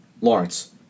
Lawrence